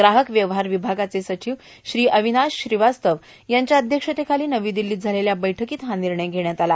ग्राहक व्यवहार विभागाचे सचिव श्री अविनाश श्रीवास्तव यांच्या अध्यक्षतेखाली नवी दिल्लीत झालेल्या बैठकीत हा निर्णय घेण्यात आला